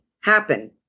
happen